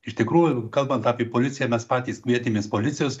iš tikrųjų kalbant apie policiją mes patys kvietėmės policijos